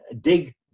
dig